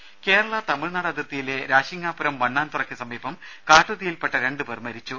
ദദം കേരളതമിഴ്നാട് അതിർത്തിയിലെ രാശിങ്ങാപുരം വണ്ണാൻ തുറക്ക് സമീപം കാട്ടുതീയിൽ പെട്ട രണ്ട് പേർ മരിച്ചു